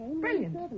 Brilliant